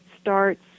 starts